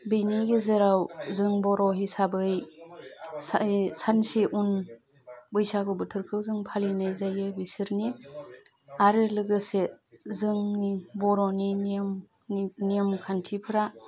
बिनि गेजेराव जों बर' हिसाबै सानसे उन बैसागु बोथोरखौ जों फालिनाय जायो बिसोरनि आरो लोगोसे जोंनि बर'नि नियमनि नियम खान्थिफ्रा